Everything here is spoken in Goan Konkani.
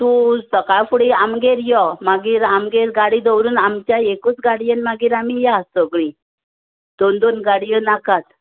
तूं सकाळ फुडें आमगेर यो मागीर आमगेर गाडी दवरून आमच्या एकूच गाडीयेन मागीर आमी या सगळीं दोन दोन गाडीयों नाकात